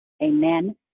Amen